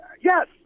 yes